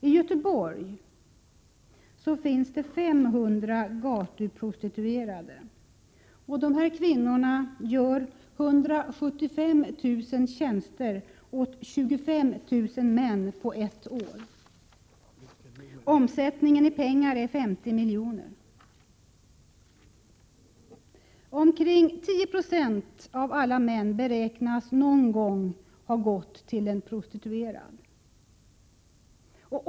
I Göteborg finns det 500 gatuprostituerade. Dessa kvinnor gör 175 000 tjänster åt 25 000 män på ett år. Omsättningen i pengar är 50 milj.kr. Omkring 10 22 av alla män beräknas någon gång ha gått till en prostituerad.